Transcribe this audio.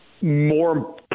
more